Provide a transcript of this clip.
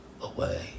away